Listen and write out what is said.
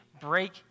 break